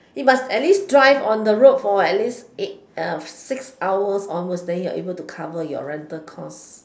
must at least drive on the road for at least eight six hours onwards then you're able to cover your rental costs